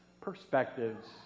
perspectives